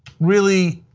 really?